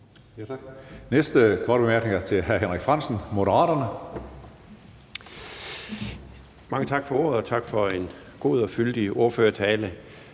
Næste korte bemærkning er til hr. Henrik Frandsen, Moderaterne. Kl. 14:44 Henrik Frandsen (M): Mange tak for ordet, og tak for en god og fyldig ordførertale.